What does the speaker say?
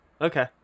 Okay